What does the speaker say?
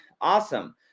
awesome